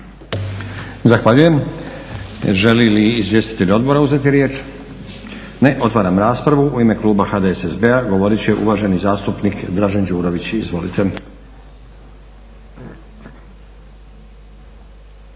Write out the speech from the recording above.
Zahvaljujem. Žele li izvjestitelji odbora uzeti riječ? Ne. Otvaram raspravu. U ime kluba HDSSB-a govoriti će uvaženi zastupnik Dražen Đurović, izvolite.